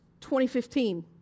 2015